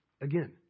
again